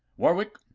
warwick,